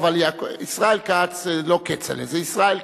ישראל כץ זה לא כצל'ה, זה ישראל כץ.